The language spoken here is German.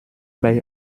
bei